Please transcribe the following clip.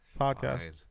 podcast